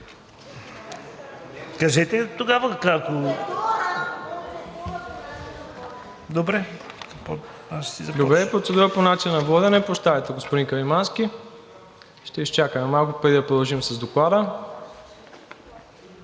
Добре, процедура по начина на водене. Прощавайте, господин Каримански. Ще изчакаме малко, преди да продължим с Доклада.